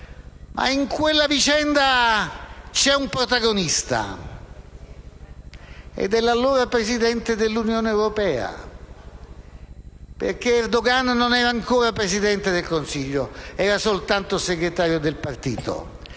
ma in quella vicenda c'è un protagonista, ed è l'allora Presidente della Commissione europea, perché Erdogan non era ancora Presidente del Consiglio, ma soltanto segretario del partito.